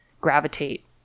gravitate